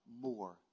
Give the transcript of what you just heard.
more